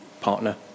partner